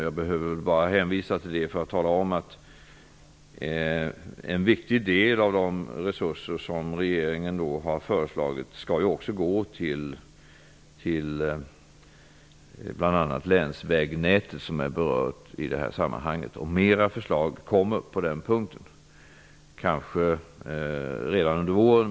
Jag behöver väl bara hänvisa till det för att tala om att en viktig del av de resurser som regeringen har föreslagit skall gå till länsvägnätet, som har berörts i det här sammanhanget. Flera förslag på den punkten kommer, kanske redan under våren.